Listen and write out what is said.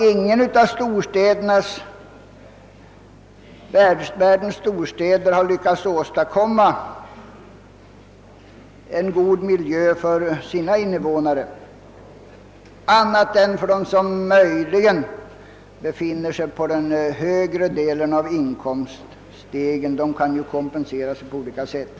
Ingen av storstäderna på olika håll ute i världen har väl lyckats åstadkomma en god miljö för sina invånare — utom möjligen för dem som befinner sig på den högre delen av inkomststegen och som kan kompensera sig på olika sätt.